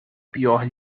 pior